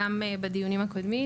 גם בדיונים הקודמים,